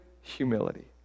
humility